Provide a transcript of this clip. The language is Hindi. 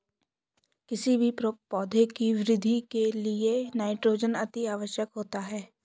किसी भी पौधे की वृद्धि के लिए नाइट्रोजन अति आवश्यक होता है